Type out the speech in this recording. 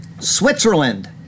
Switzerland